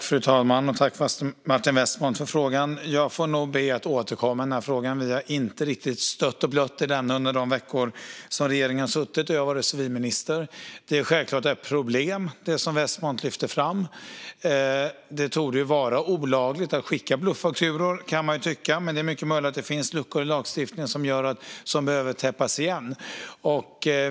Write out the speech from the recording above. Fru talman! Tack, Martin Westmont, för frågan! Jag ber om att få återkomma i frågan. Vi har inte riktigt stött och blött den under de veckor som regeringen har suttit och jag har varit civilminister. Det som Westmont lyfter fram är självklart ett problem. Det torde vara olagligt att skicka bluffakturor, men det är mycket möjligt att det finns luckor i lagstiftningen som behöver täppas till.